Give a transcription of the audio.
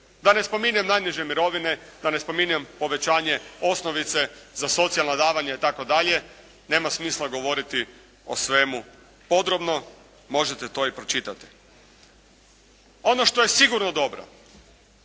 Da ne spominjem najniže mirovine, da ne spominjem povećanje osnovice za socijalna davanja i tako dalje. Nema smisla govoriti o svemu podrobno. Možete to i pročitati. Ono što je sigurno dobro,